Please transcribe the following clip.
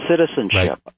citizenship